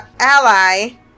ally